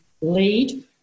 lead